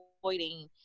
avoiding